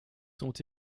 sont